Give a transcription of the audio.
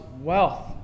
wealth